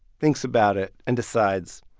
thinks about it and decides,